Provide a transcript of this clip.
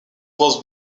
was